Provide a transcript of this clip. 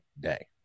day